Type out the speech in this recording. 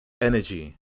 energy